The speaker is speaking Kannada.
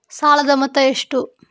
ಸಾಲದ ಮೊತ್ತ ಎಷ್ಟು?